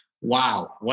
Wow